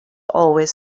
always